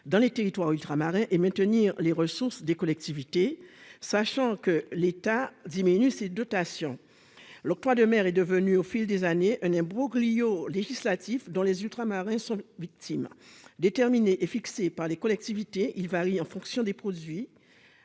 dans les territoires ultramarins et maintenir les ressources des collectivités, dans un contexte de diminution des dotations par l'État ? L'octroi de mer est devenu au fil des années un imbroglio législatif dont les Ultramarins sont victimes. Déterminée et fixée par les collectivités, cette taxation varie en fonction des produits,